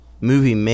Movie